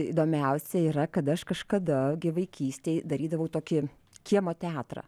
įdomiausia yra kad aš kažkada vaikystėj darydavau tokį kiemo teatrą